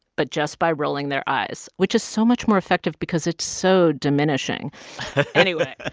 but just by rolling their eyes, which is so much more effective because it's so diminishing anyway,